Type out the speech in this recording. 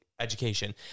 education